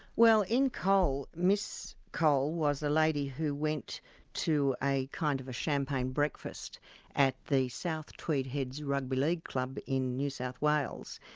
well in cole, miss cole was a lady who went to a kind of a champagne breakfast at the south tweed heads rugby league club in new south wales.